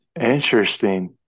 Interesting